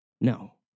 No